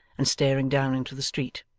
and staring down into the street.